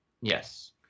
yes